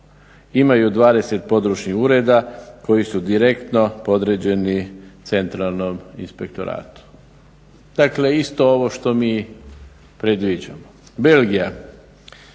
Imaju 20 područnih ureda koji su direktno podređeni centralnom inspektoratu. Dakle isto ovo što mi predviđamo. Belgija,